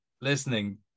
listening